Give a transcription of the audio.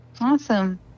Awesome